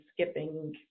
skipping